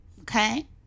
okay